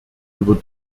über